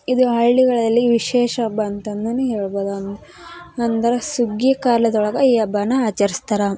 ಇದು ಹಳ್ಳಿಗಳಲ್ಲಿ ವಿಶೇಷ ಹಬ್ಬ ಅಂತಂದನೇ ಹೇಳ್ಬೋದು ಅಂದ್ರೆ ಸುಗ್ಗಿ ಕಾಲದೊಳಗೆ ಈ ಹಬ್ಬವನ್ನ ಆಚರ್ಸ್ತಾರೆ